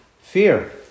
fear